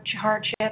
hardship